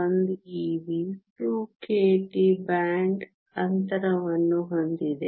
1 ev 2 kT band ಅಂತರವನ್ನು ಹೊಂದಿದೆ